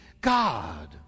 God